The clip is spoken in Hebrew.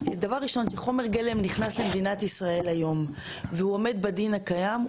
דבר ראשון: חומר גלם נכנס היום למדינת ישראל והוא עומד בדין הקיים,